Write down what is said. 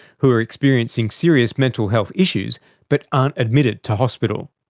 who are experiencing serious mental health issues but aren't admitted to hospital.